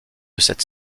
cette